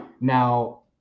Now